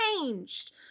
changed